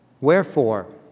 Wherefore